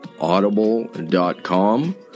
Audible.com